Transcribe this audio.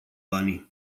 banii